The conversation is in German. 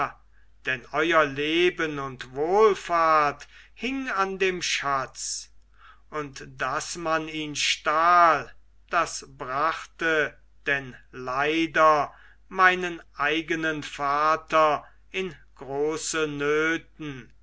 denn euer leben und wohlfahrt hing an dem schatz und daß man ihn stahl das brachte denn leider meinen eigenen vater in große nöten